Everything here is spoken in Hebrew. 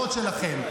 לשכה, את כולם פיטרתם.